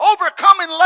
overcoming